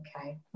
okay